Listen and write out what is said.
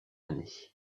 année